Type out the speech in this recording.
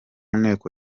nteko